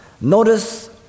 Notice